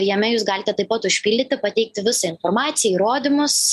jame jūs galite taip pat užpildyti pateikti visą informaciją įrodymus